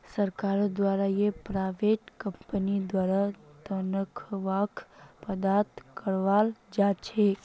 सरकारेर द्वारा या प्राइवेट कम्पनीर द्वारा तन्ख्वाहक प्रदान कराल जा छेक